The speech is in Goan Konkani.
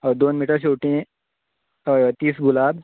हय दोन मिटर शेवतीं हय तीस गुलाब